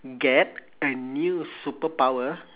get a new superpower